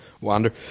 Wander